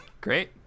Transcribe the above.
Great